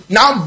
Now